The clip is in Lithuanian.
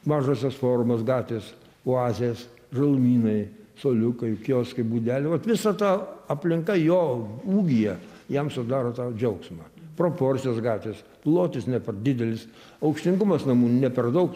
mažosios formos gatvės oazės žalumynai suoliukai kioskai būdelė vat visa ta aplinka jo ūgyje jam sudaro tą džiaugsmą proporcijos gatvės plotis ne per didelis aukštingumas namų ne per daug